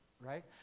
right